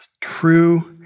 True